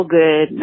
good